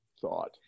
thought